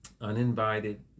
uninvited